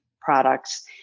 products